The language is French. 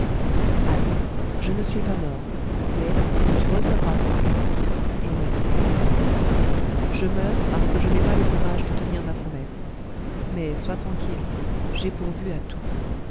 ami je ne suis pas mort mais quand tu recevras cette lettre j'aurai cessé de vivre je meurs parce que je n'ai pas le courage de tenir ma promesse mais sois tranquille j'ai pourvu à tout